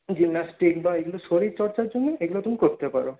gymnastic বা এগুলো শরীরচর্চার জন্যে এগুলি তুমি করতে পারো